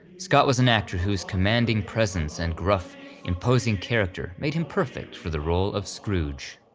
scott was an actor whose commanding presence and gruff imposing character made him perfect for the role of scrooge.